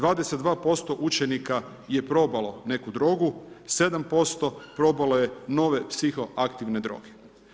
22% učenika je probalo neku drogu, 7% probalo je nove psiho aktivne droge.